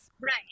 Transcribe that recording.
Right